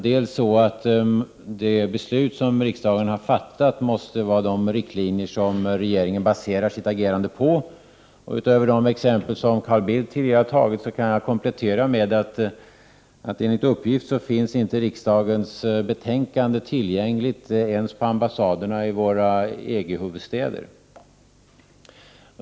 Dels måste de beslut som riksdagen har fattat vara de riktlinjer som regeringen baserar sitt agerande på. Utöver de exempel som Carl Bildt tidigare har tagit kan jag komplettera med att riksdagens betänkande enligt uppgift inte ens finns tillgängligt på ambassaderna i EG-huvudstäderna.